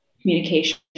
communication